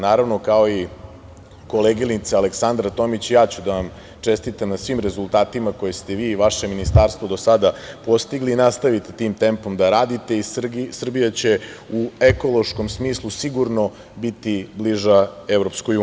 Naravno, kao i koleginica Aleksandar Tomić, i ja ću da vam čestitam na svim rezultatima koje ste vi i vaše ministarstvo do sada postigli i nastavite tim tempom da radite i Srbija će u ekološkom smislu sigurno biti bliža EU.